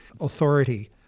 authority